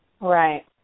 Right